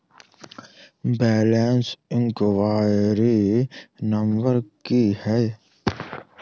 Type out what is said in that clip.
Balance enquiry number की है?